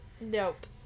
Nope